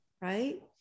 right